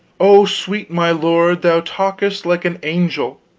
oh, sweet my lord, thou talkest like an angel.